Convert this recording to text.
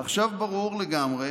עכשיו ברור לגמרי